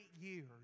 years